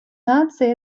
наций